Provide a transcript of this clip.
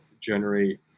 generate